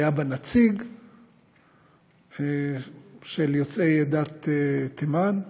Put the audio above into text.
היה בה נציג של יוצאי עדת תימן,